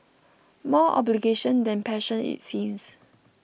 more obligation than passion it seems